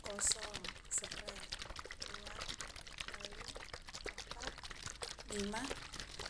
Kosong, serre, rua, tallu, appa, lima,